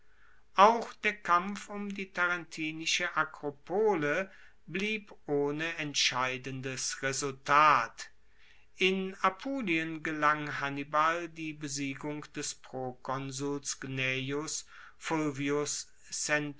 auch der kampf um die tarentinische akropole blieb ohne entscheidendes resultat in apulien gelang hannibal die besiegung des